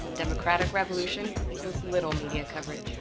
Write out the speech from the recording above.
democratic revolution equals little media coverage.